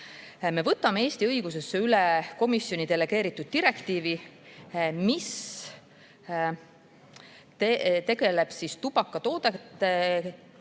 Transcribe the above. Me võtame Eesti õigusesse üle komisjoni delegeeritud direktiivi, mis tegeleb tubakatoodete